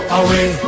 away